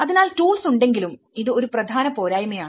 അതിനാൽടൂൾസ് ഉണ്ടെങ്കിലും ഇത് ഒരു പ്രധാന പോരായ്മയാണ്